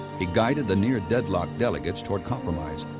he guided the near deadlocked delegates toward compromise.